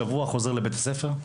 שבוע חוזר לבית-הספר?